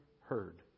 heard